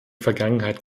vergangenheit